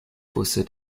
wusste